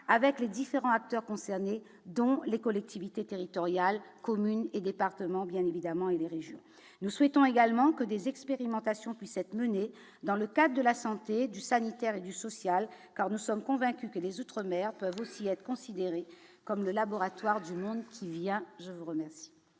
avec les différents acteurs concernés dont les collectivités territoriales, communes et départements bien évidemment et les régions, nous souhaitons également que des expérimentations puisse être menée dans le cas de la santé du sanitaire et du social car nous sommes convaincus que les outre-mer peuvent aussi être considérée comme le laboratoire du monde qui vient, je vous remercie.